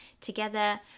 together